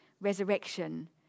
resurrection